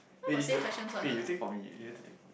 eh it's your eh you take for me eh you have to take for me